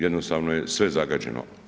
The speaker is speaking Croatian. Jednostavno je sve zagađeno.